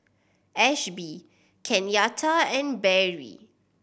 Ashby Kenyatta and Berry